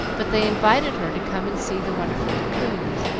but they invited her to come and see the wonderful cocoons,